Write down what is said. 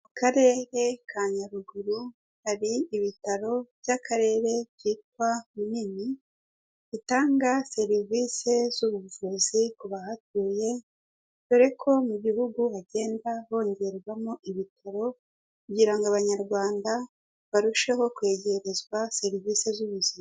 Mu karere ka Nyaruguru hari ibitaro by'akarere byitwa Binini, bitanga serivisi z'ubuvuzi ku bahatuye, dore ko mu gihugu hagenda hongerwamo ibitaro kugira ngo abanyarwanda barusheho kwegerezwa serivisi z'ubuzima.